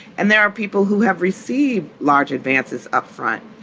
and there are people who have received large advances upfront.